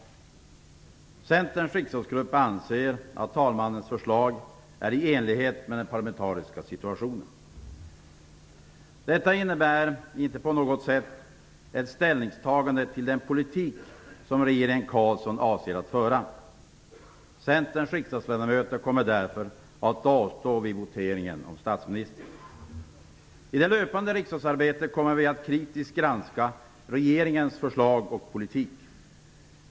Centerns riksdagsgrupp anser att talmannens förslag är i enlighet med den parlamentariska situationen. Detta innebär inte på något sätt ett ställningstagande till den politik som regeringen Carlsson avser att föra. Centerns riksdagsledamöter kommer därför att avstå vid voteringen om statsminister. I det löpande riksdagsarbetet kommer vi att kritiskt granska regeringens förslag och politik.